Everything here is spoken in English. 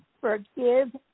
forgive